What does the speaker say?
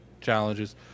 challenges